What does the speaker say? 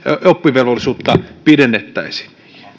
oppivelvollisuutta pidennettäisiin